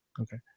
Okay